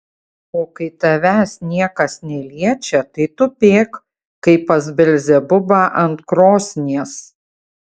o kai tavęs niekas neliečia tai tupėk kaip pas belzebubą ant krosnies